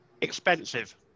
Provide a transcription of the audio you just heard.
Expensive